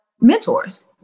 mentors